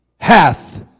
hath